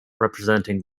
representing